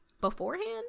beforehand